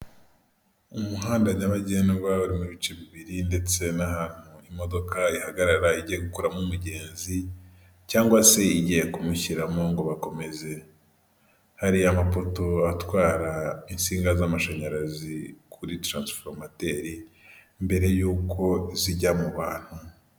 Umuhanda nyabagendwa urimo ibice bibiri, ndetse n'ahantu imodoka ihagarara igi gukuramo umugenzi cyangwa se igiye kumushyiramo ngo bakomeze. Hari amapoto atwara insinga z'amashanyarazi kuri taransiforumateri, mbere y'uko zijya mu bantu.